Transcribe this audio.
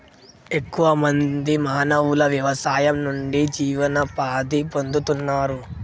ఎక్కువ మంది మానవులు వ్యవసాయం నుండి జీవనోపాధి పొందుతున్నారు